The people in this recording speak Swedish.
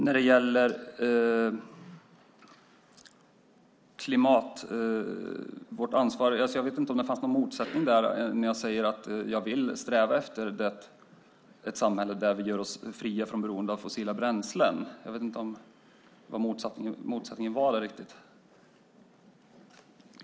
När det gäller vårt ansvar vet jag inte om det fanns någon motsättning mellan detta och det jag sade om att jag vill sträva efter ett samhälle där vi gör oss fria från beroende av fossila bränslen. Jag vet inte riktigt vad motsättningen var där.